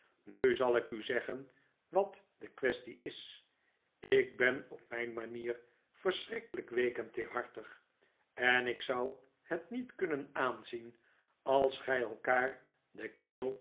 nu zal ik u zeggen wat de quaestie is ik ben op mijn manier verschrikkelijk week en teerhartig en ik zou het niet kunnen aanzien als gij elkaar de keel